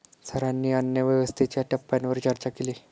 सरांनी अन्नव्यवस्थेच्या टप्प्यांवर चर्चा केली